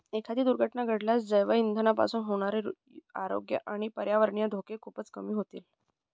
एखादी दुर्घटना घडल्यास जैवइंधनापासून होणारे आरोग्य आणि पर्यावरणीय धोके खूपच कमी होतील